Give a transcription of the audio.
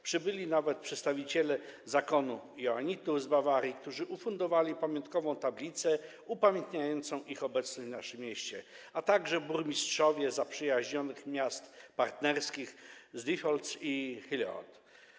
Przybyli nawet przedstawiciele zakonu joannitów z Bawarii, którzy ufundowali tablicę upamiętniającą ich obecność w naszym mieście, a także burmistrzowie zaprzyjaźnionych miast partnerskich - z Diepholz i Hillerod.